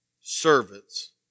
servants